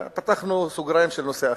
לא, פתחנו סוגריים של נושא אחר.